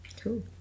cool